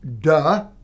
duh